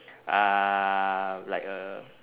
um like a